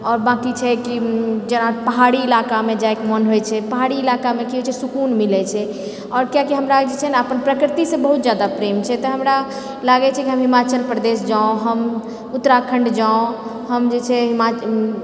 आओर बाँकि छै कि जेना पहाड़ी इलाकामे जाएके मन होइत छै पहाड़ी इलाकामे की होइत छैपहाड़ी इलाकामे की होइत छै सुकून मिलैत छै आओर किआकि हमरा प्रकृतिसँ हमरा बहुत प्रेम छै तऽ हमरा लागए छै कि हम हिमाचल प्रदेश जाउ उत्तराखण्ड जाउ हम जे छै